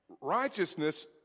Righteousness